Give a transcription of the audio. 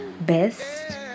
best